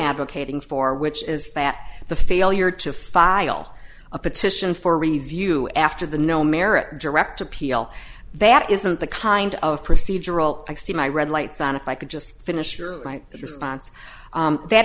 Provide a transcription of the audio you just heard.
advocating for which is that the failure to file a petition for review after the no merit direct appeal that isn't the kind of procedural i see my red lights on if i could just finish your response that